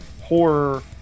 horror